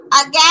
again